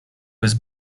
was